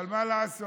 אבל מה לעשות,